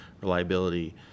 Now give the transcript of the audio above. reliability